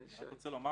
אני רוצה לומר